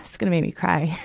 so gonna make me cry.